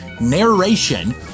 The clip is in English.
narration